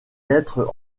lettres